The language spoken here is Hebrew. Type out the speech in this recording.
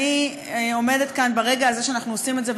אני עומדת כאן ברגע הזה שאנחנו עושים את זה,